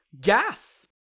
GAS